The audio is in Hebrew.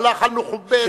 ואללה, אכלנו ח'וביזה.